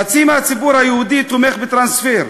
חצי מהציבור היהודי תומך בטרנספר,